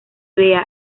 vea